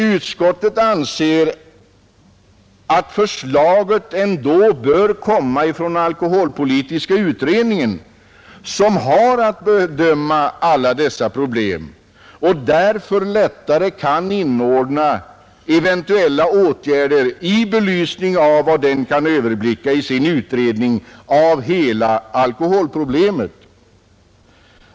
Utskottet menar dock att förslaget bör komma från alkoholpolitiska utredningen, som har att bedöma alla dessa problem och därför lättare kan inordna eventuella åtgärder i belysning av hela det material utredningen har att överblicka.